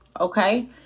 okay